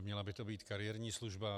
Měla by to být kariérní služba.